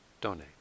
donate